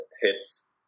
hits